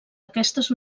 aquestes